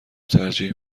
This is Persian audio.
ترجیح